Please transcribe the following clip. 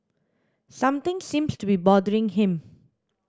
something seems to be bothering him